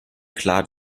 klar